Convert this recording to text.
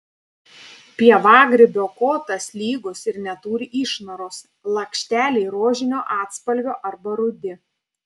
pievagrybio kotas lygus ir neturi išnaros lakšteliai rožinio atspalvio arba rudi